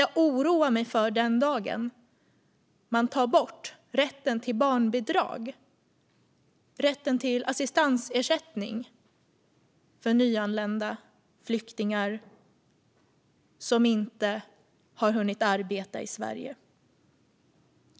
Jag oroar mig för den dag då man tar bort rätten till barnbidrag och rätten till assistansersättning för nyanlända flyktingar som inte hunnit arbeta i Sverige.